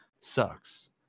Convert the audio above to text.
sucks